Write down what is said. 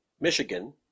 Michigan